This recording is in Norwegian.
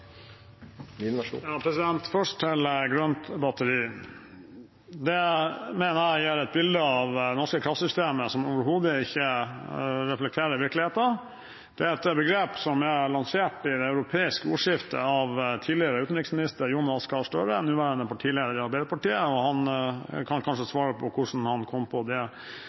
norske kraftsystemet som overhodet ikke reflekterer virkeligheten. Det er et begrep som er lansert i det europeiske ordskiftet av tidligere utenriksminister Jonas Gahr Støre, nåværende partileder i Arbeiderpartiet, og han kan kanskje svare på hvordan han kom på det